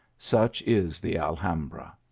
such is the alhambra.